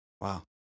Wow